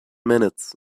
minutes